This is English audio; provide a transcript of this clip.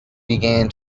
began